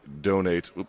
donate